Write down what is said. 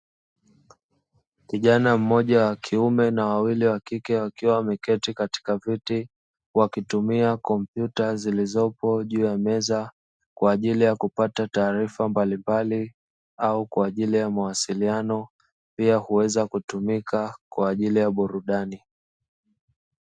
Kijana mmoja wakiume na wawili wakike wakiwa wameketi katika viti, wakitumia kompyuta zilizopo kwenye meza, kwa ajili ya kupata taarifa mbalimbali au kwa ajili ya mawasiliano pia kuweza kutumia kwa ajili ya burudani.